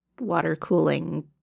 water-cooling